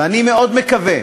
ואני מאוד מקווה,